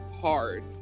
hard